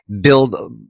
build